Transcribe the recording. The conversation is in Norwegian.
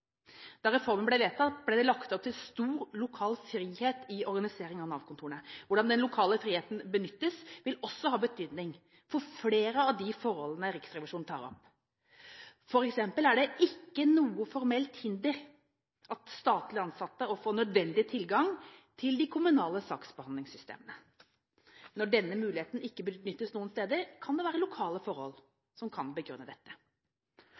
Da reformen ble vedtatt, ble det lagt opp til stor lokal frihet i organisering av Nav-kontorene. Hvordan den lokale friheten benyttes, vil også ha betydning for flere av de forholdene Riksrevisjonen tar opp. For eksempel er det ikke noe formelt hinder for at statlige ansatte kan få nødvendig tilgang til de kommunale saksbehandlingssystemene. Når denne muligheten ikke benyttes noen steder, kan det være lokale forhold som begrunner dette.